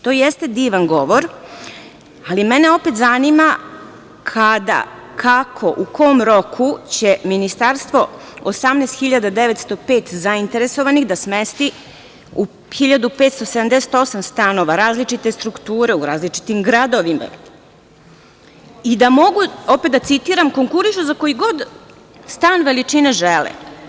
To jeste divan govor, ali mene opet zanima, kada, kako, u kom roku će Ministarstvo 18.905 zainteresovanih da smesti u 1578 stanova, različite strukture, u različitim gradovima, i da mogu, opet citiram – da konkurišu za koji god stan veličine koji žele.